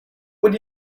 would